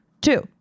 Two